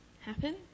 happen